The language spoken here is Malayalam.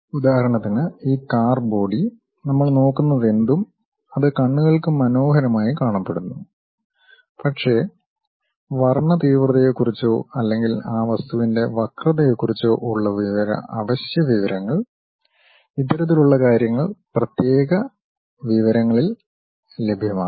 ഉദാഹരണത്തിന് ഈ കാർ ബോഡി നമ്മൾ നോക്കുന്നതെന്തും അത് കണ്ണുകൾക്ക് മനോഹരമായി കാണപ്പെടുന്നു പക്ഷേ വർണ്ണ തീവ്രതയെക്കുറിച്ചോ അല്ലെങ്കിൽ ആ വസ്തുവിന്റെ വക്രതയെക്കുറിച്ചോ ഉള്ള അവശ്യ വിവരങ്ങൾ ഇത്തരത്തിലുള്ള കാര്യങ്ങൾ പ്രത്യേക വിവരങ്ങളിൽ ലഭ്യമാണ്